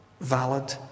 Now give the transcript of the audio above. valid